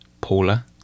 Paula